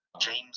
James